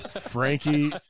Frankie